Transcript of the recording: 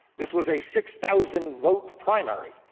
this was a six thousand vote primary.